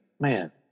man